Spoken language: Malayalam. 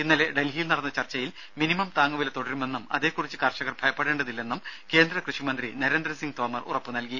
ഇന്നലെ ഡൽഹിയിൽ നടന്ന ചർച്ചയിൽ മിനിമം താങ്ങുവില തുടരുമെന്നും അതേക്കുറിച്ച് കർഷകർ ഭയപ്പെടേണ്ടതില്ലെന്നും കേന്ദ്ര കൃഷിമന്ത്രി നരേന്ദ്രസിംഗ് തോമർ ഉറപ്പുനൽകി